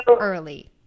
early